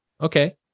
Okay